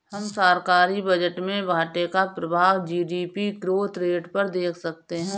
हम सरकारी बजट में घाटे का प्रभाव जी.डी.पी ग्रोथ रेट पर देख सकते हैं